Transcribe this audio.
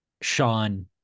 Sean